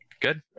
Good